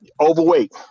overweight